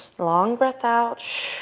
long breath out.